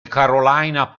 carolina